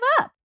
up